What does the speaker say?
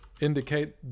indicate